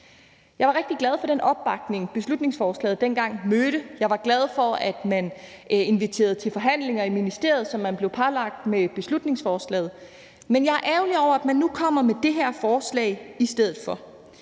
Jeg var rigtig glad for den opbakning, beslutningsforslaget dengang mødte. Jeg var glad for, at man inviterede til forhandlinger i ministeriet, som man blev pålagt med beslutningsforslaget, men jeg er ærgerlig over, at man nu kommer med det her forslag i stedet for.